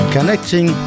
Connecting